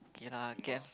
okay lah can